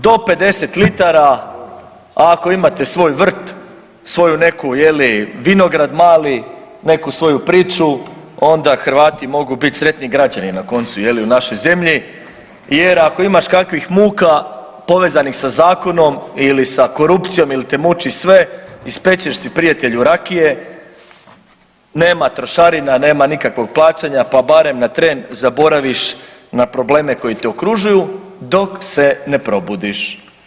Dakle, do 50 litara a ako imate svoj vrt, svoju neku je li vinograd mali, neku svoju priču onda Hrvati mogu biti sretni građani na koncu je li u našoj zemlji jer ako imaš kakvih muka povezanih sa zakonom ili sa korupcijom ili te muči sve ispečeš si prijatelju rakije, nema trošarina, nema nikakvog plaćanja pa barem na tren zaboraviš na probleme koji te okružuju dok se ne probudiš.